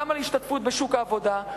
גם על ההשתתפות בשוק העבודה.